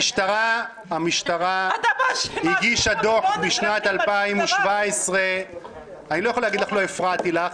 המשטרה הגישה דוח בשנת 2017. אני לא יכול להגיד לך "לא הפרעתי לך",